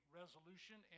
resolution